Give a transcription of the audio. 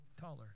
taller